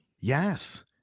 Yes